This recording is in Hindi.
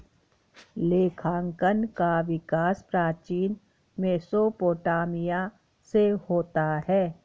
लेखांकन का विकास प्राचीन मेसोपोटामिया से होता है